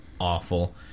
awful